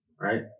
right